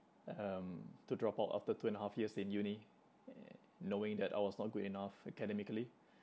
um to drop out after two and a half years in uni knowing that I was not good enough academically